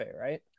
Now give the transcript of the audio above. right